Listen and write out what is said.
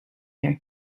her